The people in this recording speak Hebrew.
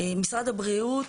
משרד הבריאות